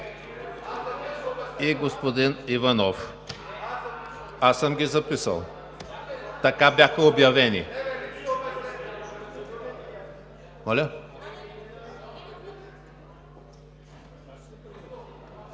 и господин Иванов. Аз съм ги записал. Така бяха обявени. (Шум